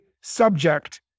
subject